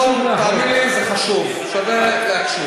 יואל חסון, תאמין לי, זה חשוב, שווה להקשיב.